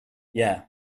yeah